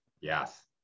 Yes